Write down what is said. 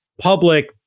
public